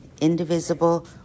indivisible